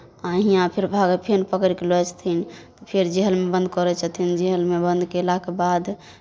आ हिआँ फेर भगै फेर पकड़ि कऽ लऽ जयथिन फेर जहलमे बन्द करै छथिन जहलमे बन्द कयलाके बाद